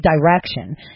direction